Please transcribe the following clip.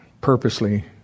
purposely